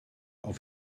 auf